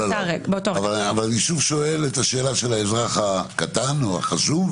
האם בכל ההליך הזה האזרח לא יצטרך